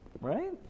right